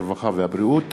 הרווחה והבריאות,